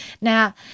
Now